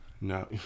no